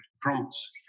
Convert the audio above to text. prompts